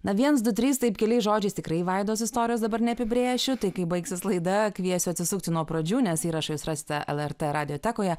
na viens du trys taip keliais žodžiais tikrai vaidos istorijos dabar neapibrėšiu tai kai baigsis laida kviesiu atsisukti nuo pradžių nes įrašą jūs rasite lrt radiotekoje